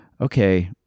okay